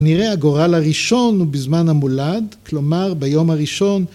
נראה הגורל הראשון הוא בזמן המולד, כלומר ביום הראשון.